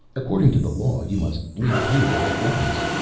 according to the law you must leave here at once.